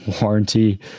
warranty